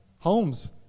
homes